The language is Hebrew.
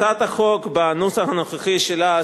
הצעת החוק בנוסח הנוכחי שלה,